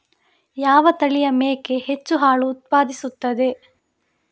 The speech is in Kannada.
ಯಾವ ತಳಿಯ ಮೇಕೆ ಹೆಚ್ಚು ಹಾಲು ಉತ್ಪಾದಿಸುತ್ತದೆ?